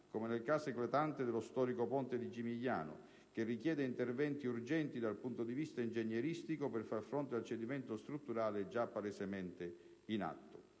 come nel caso eclatante dello storico ponte di Gimigliano, che richiede interventi urgenti dal punto di vista ingegneristico per far fronte al cedimento strutturale già palesemente in atto.